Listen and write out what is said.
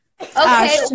Okay